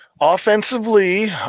Offensively